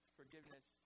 forgiveness